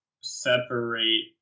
separate